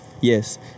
Yes